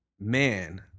man